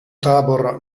tabor